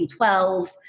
B12